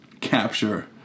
capture